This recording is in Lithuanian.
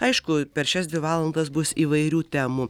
aišku per šias dvi valandas bus įvairių temų